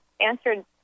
answered